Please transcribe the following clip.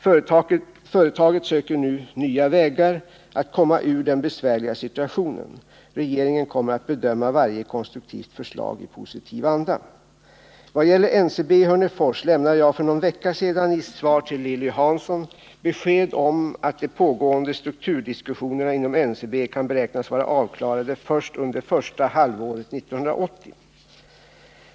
Företaget söker nu nya vägar att komma ur den besvärliga situationen. Regeringen kommer att bedöma varje konstruktivt förslag i positiv anda. Vad gäller NCB i Hörnefors lämnade jag för någon vecka sedan i svar till Lilly Hansson besked om att de pågående strukturdiskussionerna inom NCB kan beräknas vara avklarade först under första halvåret 1980.